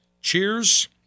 cheers